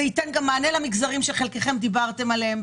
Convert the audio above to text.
זה ייתן מענה גם למגזרים שחלקכם דיברתם עליהם.